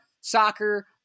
soccer